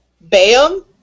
bam